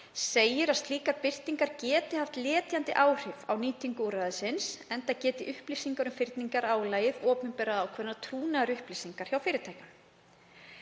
segir að slík birting geti haft letjandi áhrif á nýtingu úrræðisins enda geti upplýsingar um fyrningarálag opinberað trúnaðarupplýsingar hjá fyrirtækjunum.